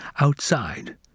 outside